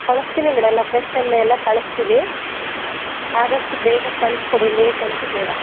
ಕಳಿಸ್ತೀನಿ ಮೇಡಮ್ ನಾವು ಲೊಕೇಶನ್ ಎಲ್ಲ ಕಳಿಸ್ತೀವಿ ಅದಷ್ಟು ಬೇಗ ಕಳಿಸ್ಕೊಡಿ ಲೇಟ್ ಅಂತೂ ಬೇಡ